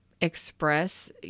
express